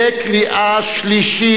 בקריאה שלישית.